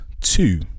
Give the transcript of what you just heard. Two